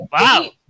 Wow